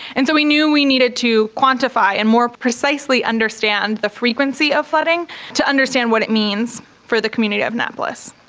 and so we knew we needed to quantify and more precisely understand the frequency of flooding to understand what it means for the community of annapolis.